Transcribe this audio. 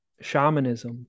shamanism